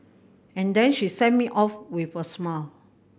and then she sent me off with a smile